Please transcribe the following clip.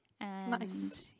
Nice